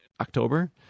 October